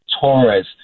Torres